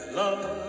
love